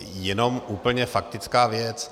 Jenom úplně faktická věc.